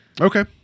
Okay